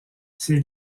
ces